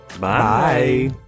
Bye